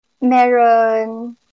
meron